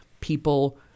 people